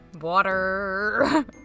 Water